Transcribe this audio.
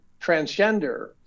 transgender